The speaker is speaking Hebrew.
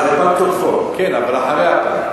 זה פג תוקפו, אבל אחרי הפג.